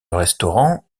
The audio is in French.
restaurants